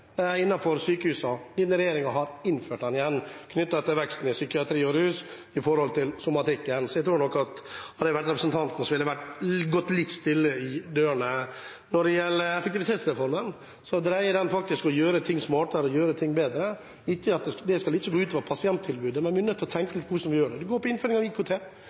innenfor sykehusene. Denne regjeringen har innført den igjen knyttet til veksten i psykiatri og rus med tanke på somatikken. Så hadde jeg vært representanten, hadde jeg gått litt stille i dørene. Når det gjelder effektivitetsreformen, dreier den seg faktisk om å gjøre ting smartere, gjøre ting bedre. Det skal ikke gå ut over pasienttilbudet, men vi er nødt til å tenke litt på hvordan vi gjør det. Det går på innføring av IKT.